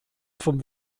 vom